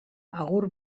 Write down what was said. agur